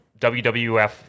WWF